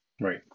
right